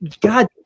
God